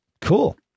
cool